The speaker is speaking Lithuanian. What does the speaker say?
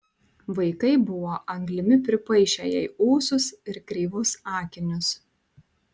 vaikai buvo anglimi pripaišę jai ūsus ir kreivus akinius